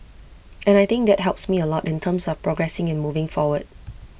and I think that helps me A lot in terms of progressing and moving forward